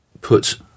Put